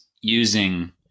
using